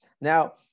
Now